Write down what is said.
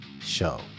Show